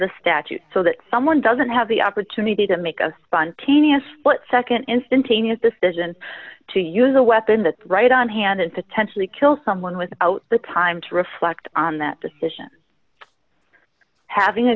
the statute so that someone doesn't have the opportunity to make a spontaneous but nd instantaneous decision to use a weapon that right on hand and potentially kill someone without the time to reflect on that decision having a